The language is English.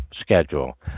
schedule